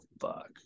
fuck